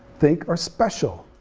think are special,